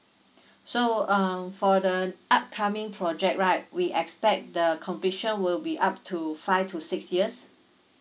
so um for the upcoming project right we expect the completion will be up to five to six years